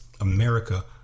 America